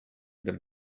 them